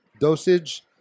dosage